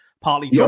partly